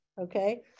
okay